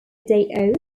day